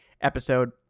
episode